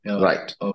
Right